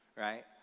right